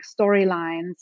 storylines